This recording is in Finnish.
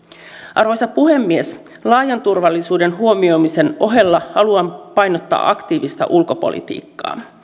arvoisa puhemies laajan turvallisuuden huomioimisen ohella haluan painottaa aktiivista ulkopolitiikkaa